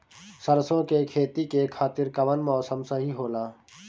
सरसो के खेती के खातिर कवन मौसम सही होला?